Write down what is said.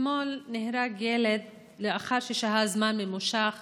אתמול נהרג ילד לאחר ששהה זמן ממושך